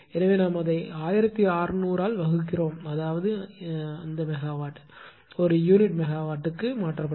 எனவே நாம் அதை 1600 ஆல் வகுக்கிறோம் அதாவது இந்த மெகாவாட் ஒரு யூனிட் மெகாவாட்டுக்கு மாற்றப்படும்